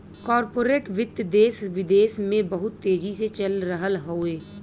corporate वित्त देस विदेस में बहुत तेजी से चल रहल हउवे